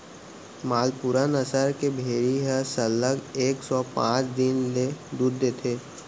मालपुरा नसल के भेड़ी ह सरलग एक सौ पॉंच दिन ले दूद देथे